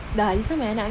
dah this [one] my anak angkat